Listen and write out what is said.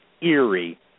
eerie